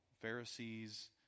Pharisees